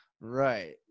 right